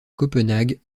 copenhague